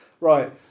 Right